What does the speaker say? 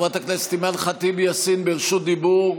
חברת הכנסת אימאן ח'טיב יאסין ברשות דיבור.